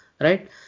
right